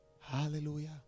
Hallelujah